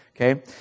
Okay